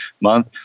month